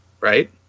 right